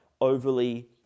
overly